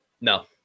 No